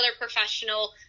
professional